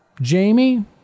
Jamie